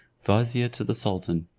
vizier to the sultan.